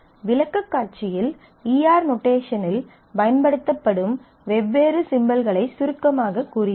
விளக்கக்காட்சியில் E R நொட்டேஷனில் பயன்படுத்தப்படும் வெவ்வேறு சிம்பல்களைச் சுருக்கமாகக் கூறியுள்ளேன்